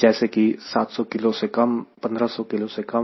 जैसे कि 700 किलो से कम 1500 किलो से कम